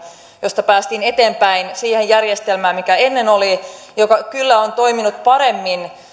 josta päästiin eteenpäin siihen järjestelmään joka ennen oli joka kyllä on toiminut paremmin